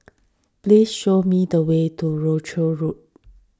please show me the way to Rochdale Road